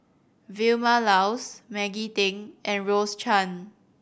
Vilma Laus Maggie Teng and Rose Chan